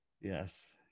Yes